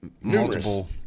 multiple